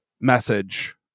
message